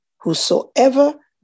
Whosoever